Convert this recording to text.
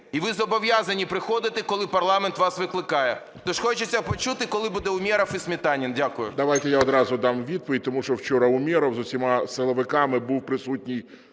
і ви зобов'язані приходити, коли парламент вас викликає. Тож хочеться почути, коли буде Умєров і Сметанін. Дякую.